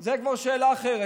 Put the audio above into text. זה כבר שאלה אחרת.